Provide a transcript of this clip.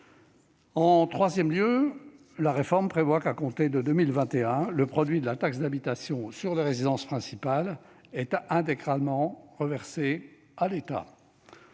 En troisième lieu, à compter de 2021, le produit de la taxe d'habitation sur les résidences principales est intégralement reversé à l'État.